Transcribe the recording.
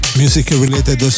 music-related